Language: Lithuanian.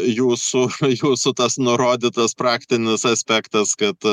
jūsų jūsų tas nurodytas praktinis aspektas kad